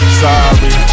sorry